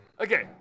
Okay